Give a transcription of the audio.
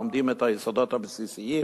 לומדים את היסודות הבסיסיים